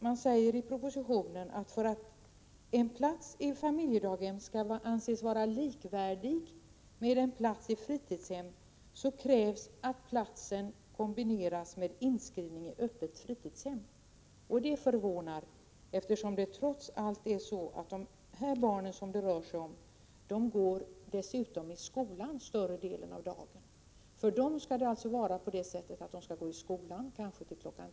Man säger också i propositionen att för att en plats i familjedaghem skall anses likvärdig med en plats på fritidshem krävs att den kombineras med inskrivning vid öppet fritidshem. Det förvånar, eftersom det trots allt rör sig om barn som går i skolan större delen av dagen. Dessa barn skall alltså gå i skolan, kanske till kl.